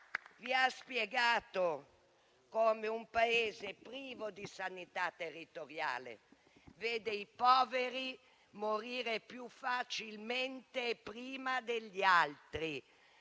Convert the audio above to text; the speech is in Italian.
abbia spiegato come un Paese privo di sanità territoriale vede i poveri morire più facilmente e prima degli altri?